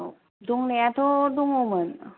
दंनायाथ' दङमोन